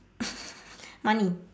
money